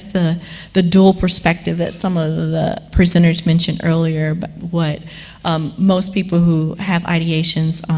the the dual perspective that some of the prisoners mentioned earlier what most people who have ideations,